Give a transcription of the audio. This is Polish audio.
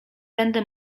będę